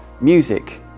music